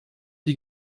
die